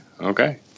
okay